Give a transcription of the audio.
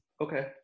Okay